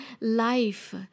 life